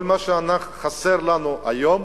כל מה שחסר לנו היום